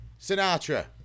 Sinatra